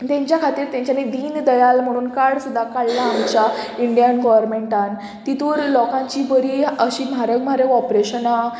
तांच्या खातीर तेंच्यानी दीन दयाल म्हणून काड सुद्दां काडलां आमच्या इंडियन गोवोरमेंटान तितूर लोकांची बरी अशीं म्हारग म्हारग ऑपरेशनां